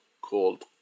called